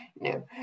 no